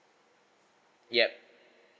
yup